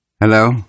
Hello